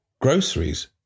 groceries